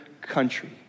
country